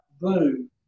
boom